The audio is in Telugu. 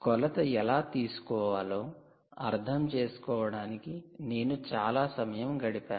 కొలత ఎలా తీసుకోవాలో అర్థం చేసుకోవడానికి నేను చాలా సమయం గడిపాను